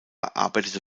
arbeitete